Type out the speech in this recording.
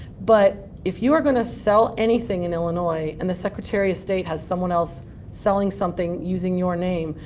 but if you are going to sell anything in illinois and the secretary of state has someone else selling something using your name,